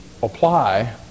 Apply